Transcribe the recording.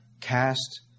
Cast